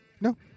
No